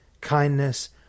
kindness